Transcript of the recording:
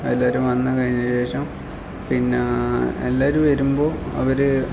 എല്ലാവരും വന്ന് കഴിഞ്ഞ ശേഷം പിന്നെ എല്ലാവരും വരുമ്പോൾ അവർ